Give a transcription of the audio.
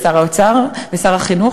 לשר האוצר ולשר החינוך,